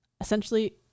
essentially